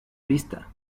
vista